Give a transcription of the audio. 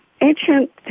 ancient